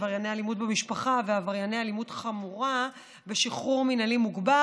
עברייני אלימות במשפחה ועברייני אלימות חמורה בשחרור מינהלי מוגבר.